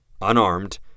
Unarmed